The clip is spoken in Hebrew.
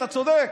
אתה צודק.